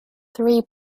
three